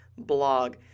blog